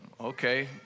Okay